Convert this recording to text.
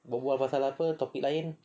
berbual pasal apa topic lain